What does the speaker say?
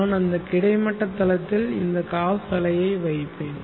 நான் அந்த கிடைமட்ட தளத்தில் இந்த காஸ் அலையை வைப்பேன்